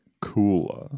cooler